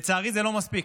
לצערי זה לא מספיק,